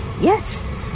Yes